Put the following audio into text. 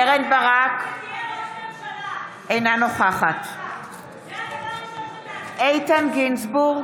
קרן ברק, אינה נוכחת איתן גינזבורג,